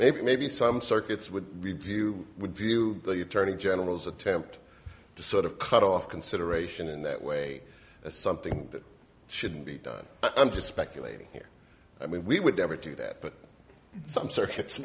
maybe maybe some circuits would review would view the attorney general's attempt to sort of cut off consideration in that way as something that shouldn't be done i'm just speculating here i mean we would never do that but some circuits